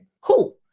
Cool